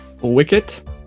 Wicket